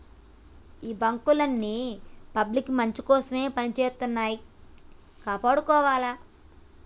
గీ బాంకులన్నీ పబ్లిక్ మంచికోసమే పనిజేత్తన్నయ్, కాపాడుకోవాల